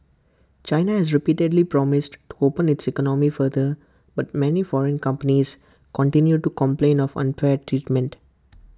China has repeatedly promised to open its economy further but many foreign companies continue to complain of unfair treatment